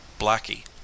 Blackie